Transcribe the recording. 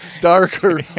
darker